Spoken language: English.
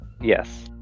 Yes